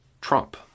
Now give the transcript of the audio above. Trump